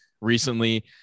recently